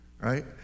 right